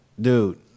dude